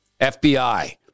FBI